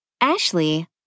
Ashley